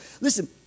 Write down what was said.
Listen